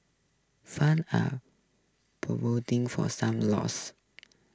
funds are for some losses